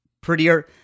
prettier